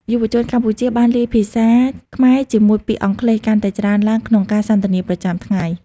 យុវជនកម្ពុជាបានលាយភាសាខ្មែរជាមួយពាក្យអង់គ្លេសកាន់តែច្រើនឡើងក្នុងការសន្ទនាប្រចាំថ្ងៃ។